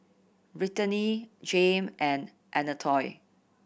Brittani Jame and Anatole